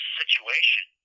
situation